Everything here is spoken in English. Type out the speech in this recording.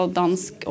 dansk